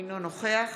אינו נוכח